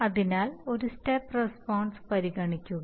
അതിനാൽ ഒരു step response പരിഗണിക്കുക